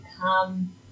come